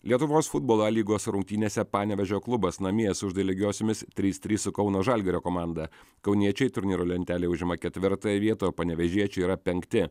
lietuvos futbolo lygos rungtynėse panevėžio klubas namie sužaidė lygiosiomis trys trys su kauno žalgirio komanda kauniečiai turnyro lentelėj užima ketvirtąją vietą panevėžiečiai yra penkti